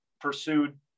pursued